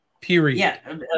Period